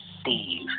Steve